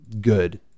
good